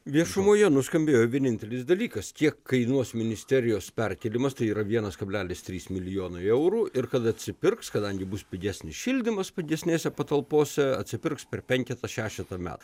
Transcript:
viešumoje nuskambėjo vienintelis dalykas kiek kainuos ministerijos perkėlimas tai yra vienas kablelis trys milijonai eurų ir kada atsipirks kadangi bus pigesnis šildymas pigesnėse patalpose atsipirks per penketą šešetą metų